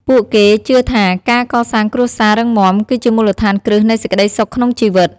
ពួកគេជឿថាការកសាងគ្រួសាររឹងមាំគឺជាមូលដ្ឋានគ្រឹះនៃសេចក្តីសុខក្នុងជីវិត។